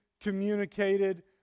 communicated